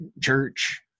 church